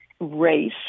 race